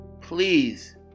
Please